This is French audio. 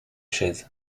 chaise